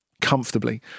Comfortably